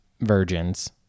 virgins